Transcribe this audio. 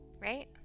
Right